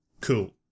Cool